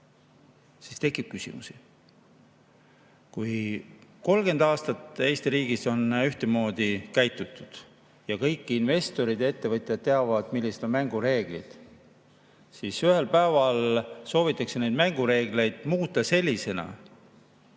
siis tekib küsimusi. 30 aastat on Eesti riigis ühtemoodi käitutud, kõik investoreid ja ettevõtjad teavad, millised on mängureeglid, aga ühel päeval soovitakse neid mängureegleid muuta sellisena,